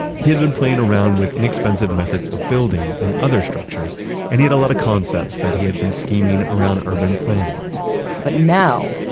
he had been playing around with inexpensive methods of building and other structures and he had a lot of concepts, that he had been scheming around urban planning but now,